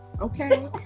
Okay